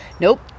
nope